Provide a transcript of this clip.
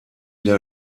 der